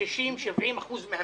ב-60% 70% מהמקרים.